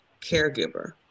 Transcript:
caregiver